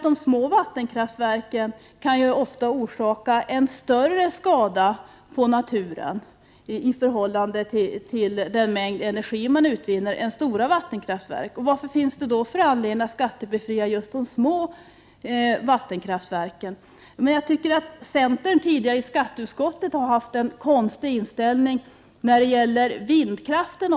De små vattenkraftverken kan ofta orsaka en större skada på naturen, i förhållande till den mängd energi som utvinns, än stora vattenkraftverk gör. Vad finns det då för anledning att skattebefria just de små vattenkraftverken? Jag tycker att centern tidigare i skatteutskottet har haft en konstig inställning även när det gäller vindkraften.